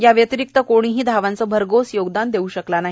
या व्यतरिक्त कोणीही धावांचं भरघोस योगदान देऊ शकले नाही